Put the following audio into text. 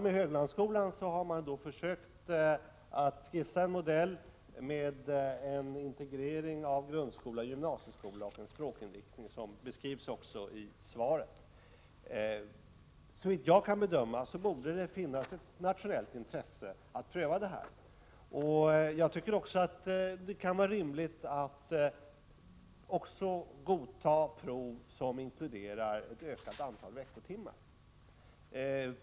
För Höglandsskolan har skisserats en modell innefattande en integrering av grundskola och gymnasieskola och med den språkinriktning som beskrivs i svaret. Såvitt jag kan bedöma borde det finnas ett nationellt intresse av att detta prövas. Jag tycker att det är rimligt att man då också godtar prov som inkluderar ett ökat antal veckotimmar.